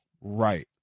right